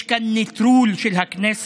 יש כאן נטרול של הכנסת